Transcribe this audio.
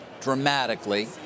dramatically